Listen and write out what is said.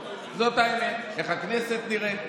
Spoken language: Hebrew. איך הכנסת נראית,